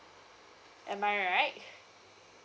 am I right